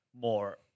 more